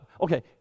okay